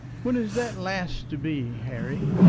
when is that last to be, harry?